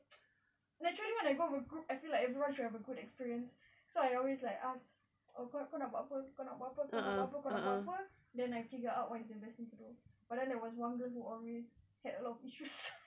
naturally when I go with a group I feel like everyone should have a good experience so I always like ask oh kau nak buat apa kau nak buat apa kau nak buat apa kau nak buat apa then I figure out what is the best thing to do but then there was one girl who always had a lot of issues